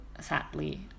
sadly